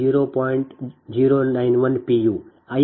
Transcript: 091 pu I f 14 j2